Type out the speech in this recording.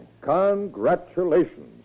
Congratulations